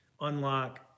unlock